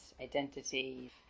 identity